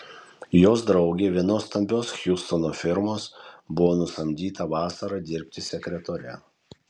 jos draugė vienos stambios hjustono firmos buvo nusamdyta vasarą dirbti sekretore